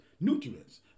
nutrients